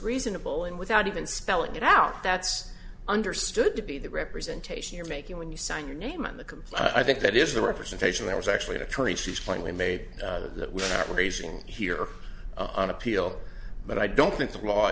reasonable and without even spelling it out that's understood to be the representation you're making when you sign your name and the i think that is the representation that was actually an attorney she's plainly made that we're not raising here on appeal but i don't think the law